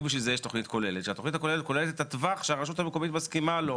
הרשות רשאי".